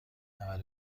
نود